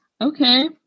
Okay